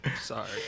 Sorry